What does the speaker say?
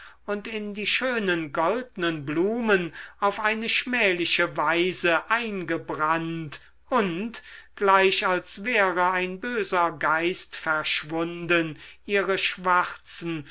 in die schönen goldnen blumen auf eine schmähliche weise eingebrannt und gleich als wäre ein böser geist verschwunden ihre schwarzen